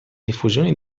diffusione